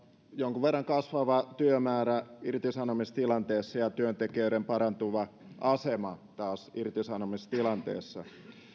jonkun verran kasvava työmäärä irtisanomistilanteessa ja työntekijöiden parantuva asema irtisanomistilanteessa